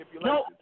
No